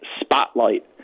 spotlight